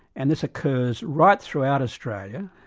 and this occurs right throughout australia,